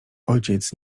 ojciec